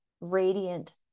radiant